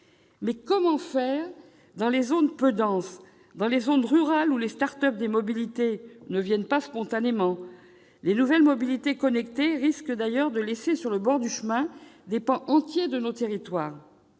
Mais comment faire dans les zones peu denses, dans les zones rurales où les start-up des mobilités ne viennent pas spontanément ? Les nouvelles mobilités connectées risquent de laisser sur le bord du chemin des pans entiers du territoire.